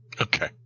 Okay